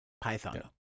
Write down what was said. Python